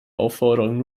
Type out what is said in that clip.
aufforderung